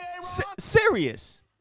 Serious